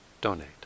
donate